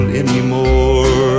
anymore